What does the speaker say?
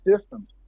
systems